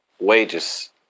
wages